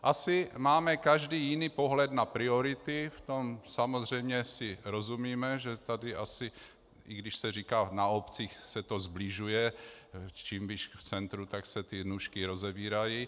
Asi máme každý jiný pohled na priority, v tom samozřejmě si rozumíme, že tady asi, i když se říká, na obcích se to sbližuje, čím blíž k centru, tak se nůžky rozevírají.